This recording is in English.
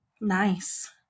Nice